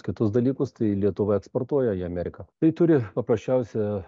kitus dalykus tai lietuva eksportuoja į ameriką tai turi paprasčiausia